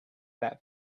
that